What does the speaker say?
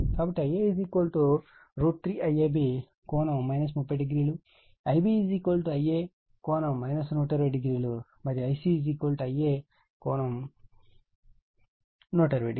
కాబట్టి Ia 3IAB 300IbIa 1200మరియు IcIa 1200